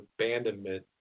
abandonment